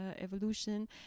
evolution